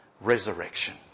resurrection